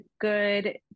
good